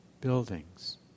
buildings